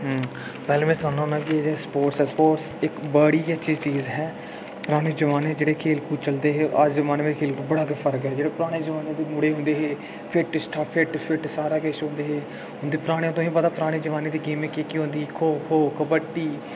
कूद चलदे है अज दै जमाने च जैहडै खैल कूद च बडा गै फर्क ऐ पराने जमाने दै मूडे हौंदे है औह फिट शिट सारा किस हौंदे है उदां पराने तुसे गी पता पराने जमाने दि गैमा केह् केह् हौंदी ही खौ खौ कबड्डी